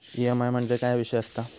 EMI म्हणजे काय विषय आसता?